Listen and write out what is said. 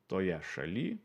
toje šaly